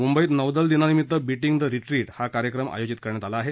मुंबईत नौदल दिनानिमित्त बीटींग द रिट्रीट कार्यक्रम आयोजित करण्यात आला आहे